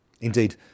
Indeed